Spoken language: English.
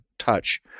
touch